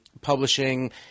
publishing